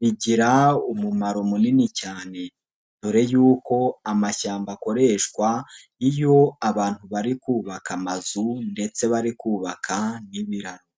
bigira umumaro munini cyane. Dore yuko amashyamba akoreshwa iyo abantu bari kubaka amazu ndetse bari kubaka n'ibiraro.